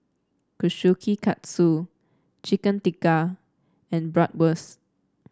Kushikatsu Chicken Tikka and Bratwurst